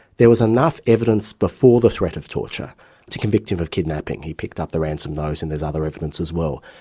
there was enough evidence before the threat of torture to convict him of kidnapping. he picked up the ransom note and there's other evidence as well.